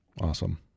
Awesome